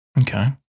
Okay